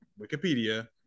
Wikipedia